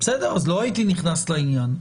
אז לא הייתי נכנס לעניין.